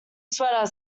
sweater